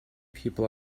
people